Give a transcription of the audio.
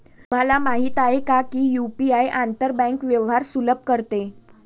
तुम्हाला माहित आहे का की यु.पी.आई आंतर बँक व्यवहार सुलभ करते?